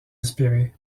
espérer